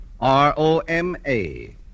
R-O-M-A